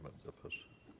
Bardzo proszę.